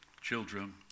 children